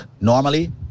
Normally